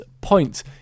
point